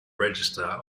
register